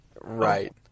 Right